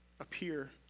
Appear